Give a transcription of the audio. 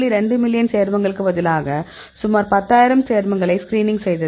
2 million சேர்மங்களுக்கு பதிலாக சுமார் 10000 சேர்மங்களை ஸ்கிரீனிங் செய்தது